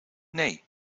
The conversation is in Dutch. nee